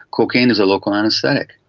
cocaine is a local anaesthetic,